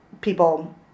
people